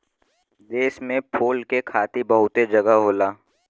देश में फूल के खेती बहुते जगह होला